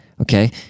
Okay